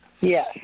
Yes